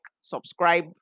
subscribe